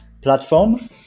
platform